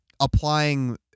Applying